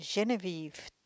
Genevieve